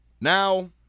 Now